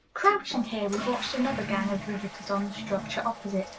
crouching here, we watched another gang of riveters on the structure opposite,